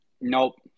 Nope